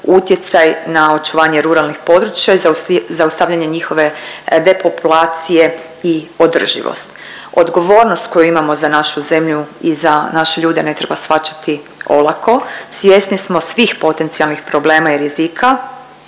utjecaj na očuvanje ruralnih područja i zaustavljanje njihove depopulacije i održivost. Odgovornost koju imamo za našu zemlju i za naše ljude ne treba shvaćati olako. Svjesni smo svih potencijalnih problema i rizika,